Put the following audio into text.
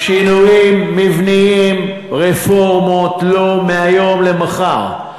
שינויים מבניים, רפורמות, לא מהיום למחר.